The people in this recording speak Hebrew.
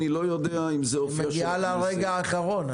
היא מגיעה לרגע האחרון.